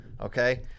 Okay